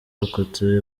abarokotse